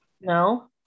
No